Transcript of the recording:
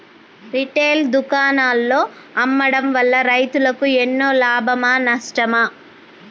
Retail దుకాణాల్లో అమ్మడం వల్ల రైతులకు ఎన్నో లాభమా నష్టమా?